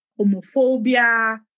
homophobia